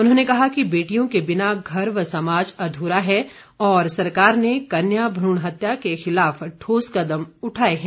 उन्होंने कहा कि बेटियों के बिना घर व समाज अध्रा है और सरकार ने कन्या भ्रण हत्या के खिलाफ ठोस कदम उठाए हैं